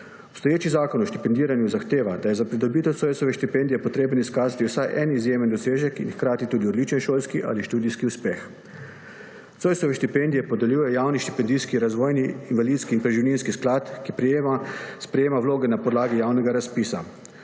Obstoječi Zakon o štipendiranju zahteva, da je za pridobitev Zoisove štipendije potreben izkaz, to je vsaj en izjemen dosežek in hkrati tudi odličen šolski ali študijski uspeh. Zoisove štipendije podeljuje Javni štipendijski, razvojni, invalidski in preživninski sklad, ki sprejema vloge na podlagi javnega razpisa.